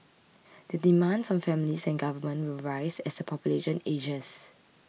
the demands on families and government will rise as the population ages